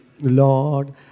Lord